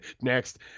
Next